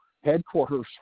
headquarters